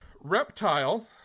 Reptile